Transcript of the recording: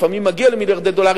שלפעמים מגיע למיליארדי דולרים,